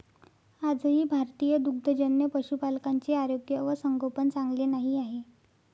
आजही भारतीय दुग्धजन्य पशुपालकांचे आरोग्य व संगोपन चांगले नाही आहे